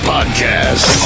Podcast